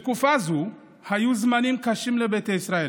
בתקופה זו היו זמנים קשים לביתא ישראל,